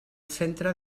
centre